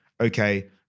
okay